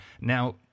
Now